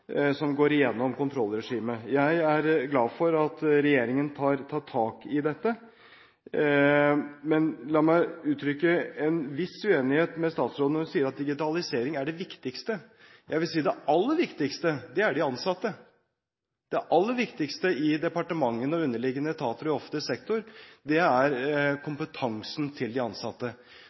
som går gjennom kontrollregimet. Jeg er glad for at regjeringen har tatt tak i dette. Men la meg uttrykke en viss uenighet med statsråden når hun sier at digitalisering er det viktigste. Jeg vil si at det aller viktigste er de ansatte. Det aller viktigste i departementene og underliggende etater i offentlig sektor er kompetansen til de ansatte.